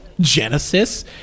Genesis